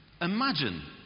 imagine